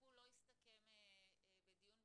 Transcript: הטיפול לא יסתכם בדיון הוועדה.